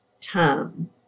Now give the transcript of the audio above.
time